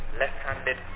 left-handed